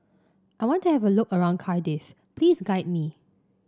I want to have a look around Cardiff please guide me